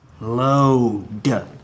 load